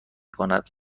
کند